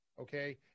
okay